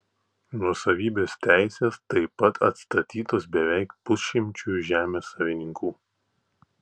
nuosavybės teisės taip pat atstatytos beveik pusšimčiui žemės savininkų